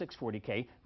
640K